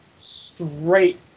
straight